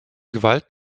gewalt